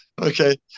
Okay